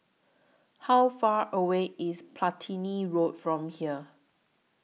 How Far away IS Platina Road from here